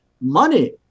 money